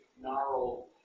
gnarled